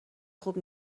خوب